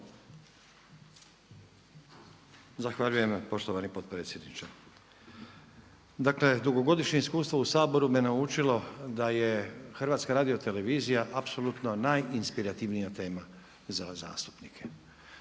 Zahvaljujem poštovani potpredsjedniče. Dakle dugogodišnje iskustvo u Saboru me naučilo da je HRT apsolutno najinspirativnija tema za zastupnike.